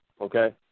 Okay